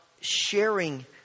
sharing